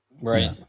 Right